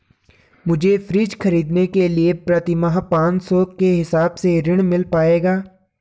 मुझे फ्रीज खरीदने के लिए प्रति माह पाँच सौ के हिसाब से ऋण मिल पाएगा?